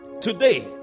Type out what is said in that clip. Today